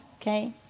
okay